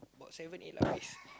about seven eight lapis